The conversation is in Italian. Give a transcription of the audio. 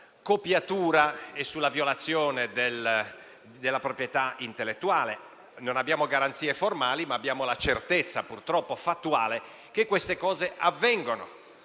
copiatura e sulla violazione della proprietà intellettuale. Non abbiamo garanzie formali, ma purtroppo abbiamo la certezza fattuale che queste cose avvengono.